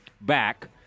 back